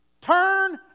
Turn